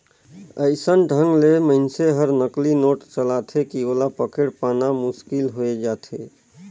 अइसन ढंग ले मइनसे हर नकली नोट चलाथे कि ओला पकेड़ पाना मुसकिल होए जाथे